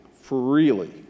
freely